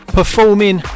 performing